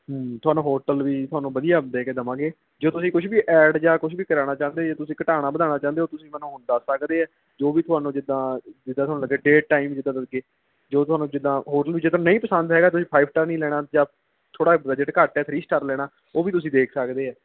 ਤੁਹਾਨੂੰ ਹੋਟਲ ਵੀ ਤੁਹਾਨੂੰ ਵਧੀਆ ਦੇ ਕੇ ਦੇਵਾਂਗੇ ਜੇ ਤੁਸੀਂ ਕੁਝ ਵੀ ਐਡ ਜਾਂ ਕੁਝ ਵੀ ਕਰਵਾਉਣਾ ਚਾਹੁੰਦੇ ਜੇ ਤੁਸੀਂ ਘਟਾਉਣਾ ਵਧਾਉਣਾ ਚਾਹੁੰਦੇ ਹੋ ਤੁਸੀਂ ਮੈਨੂੰ ਹੁਣ ਦੱਸ ਸਕਦੇ ਹੈ ਜੋ ਵੀ ਤੁਹਾਨੂੰ ਜਿੱਦਾਂ ਜਿੱਦਾਂ ਤੁਹਾਨੂੰ ਲੱਗੇ ਡੇ ਟਾਈਮ ਜਿੱਦਾਂ ਦਾ ਲੱਗੇ ਜੋ ਤੁਹਾਨੂੰ ਜਿੱਦਾਂ ਹੋਟਲ ਵੀ ਜੇ ਤੁਹਾਨੂੰ ਨਹੀਂ ਪਸੰਦ ਹੈਗਾ ਤੁਸੀਂ ਫਾਈਵ ਸਟਾਰ ਨਹੀਂ ਲੈਣਾ ਜਾਂ ਥੋੜ੍ਹਾ ਬਜਟ ਘੱਟ ਹੈ ਥ੍ਰੀ ਸਟਾਰ ਲੈਣਾ ਉਹ ਵੀ ਤੁਸੀਂ ਦੇਖ ਸਕਦੇ ਹੈ